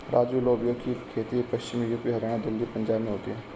राजू लोबिया की खेती पश्चिमी यूपी, हरियाणा, दिल्ली, पंजाब में होती है